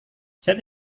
saya